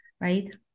right